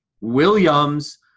Williams